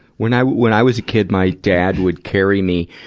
when i, when i was a kid, my dad would carry me,